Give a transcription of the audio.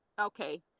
okay